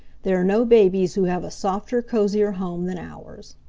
there are no babies who have a softer, cozier home than ours.